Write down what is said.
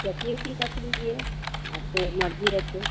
चटनी ओटनी रख दीजिए आपके मर्जी है तो